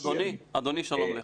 אדוני, שלום לך.